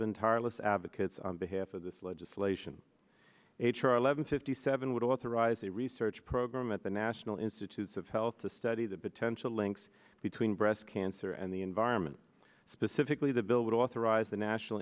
been tireless advocates on behalf of this legislation h r eleven fifty seven would authorize the research program at the national institutes of health to study the potential links between breast cancer and the environment specifically the bill would authorize the national